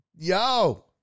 Yo